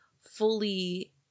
fully